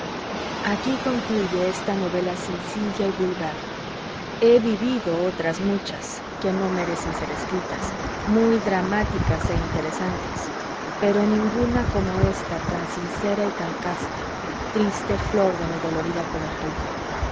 aquí concluye esta novela sencilla y vulgar he vivido otras muchas que no merecen ser escritas muy dramáticas e interesantes pero ninguna como ésta tan sincera y tan casta triste flor de mi dolorida juventud